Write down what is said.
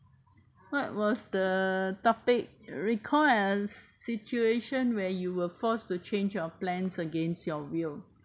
what was the topic recall a situation where you were forced to change your plans against your will